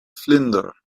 vlinder